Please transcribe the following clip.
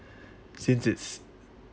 since it